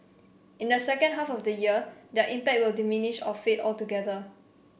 in the second half of the year their impact will diminish or fade altogether